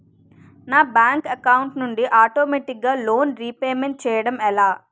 నా bank account నుండి ఆటోమేటిగ్గా లోన్ రీపేమెంట్ చేయడం ఎలా?